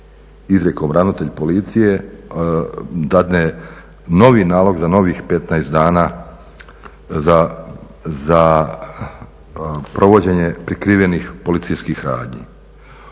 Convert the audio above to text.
izrijekom ravnatelj policije dadne novi nalog za novih 15 dana za provođenje prikrivenih policijskih radnji.